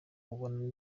ubone